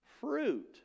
fruit